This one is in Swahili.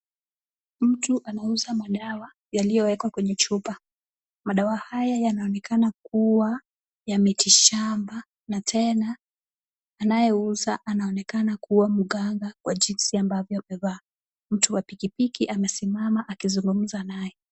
Mtu anauza madawa yaliyowekwa kwenye chupa. Madawa haya yaanonekana kuwa ya miti shamba na tena anayeuza anaonekana kuwa mganga kwa jinsi ambavyo amevaa. Mtu wa pikipiki amesimama akizungumza naye.